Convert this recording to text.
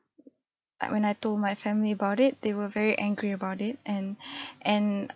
Iike when I told my family about it they were very angry about it and and